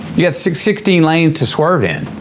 you got sixteen lanes to swerve in,